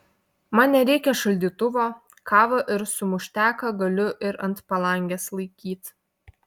man nereikia šaldytuvo kavą ir sumušteką galiu ir ant palangės laikyt